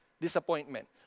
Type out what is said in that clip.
disappointment